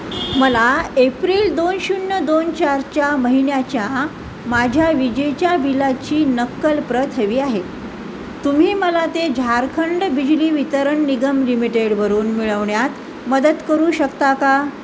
मला एप्रिल दोन शून्य दोन चारच्या महिन्याच्या माझ्या विजेच्या बिलाची नक्कल प्रत हवी आहे तुम्ही मला ते झारखंड बिजली वितरण निगम लिमिटेडवरून मिळवण्यात मदत करू शकता का